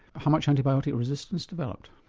how much antibiotic resistance developed?